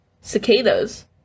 Cicadas